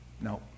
No